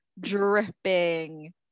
dripping